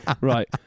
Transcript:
Right